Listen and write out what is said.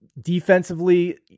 defensively